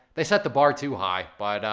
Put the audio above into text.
they set the bar too high. but